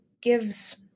gives